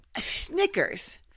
Snickers